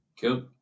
Cool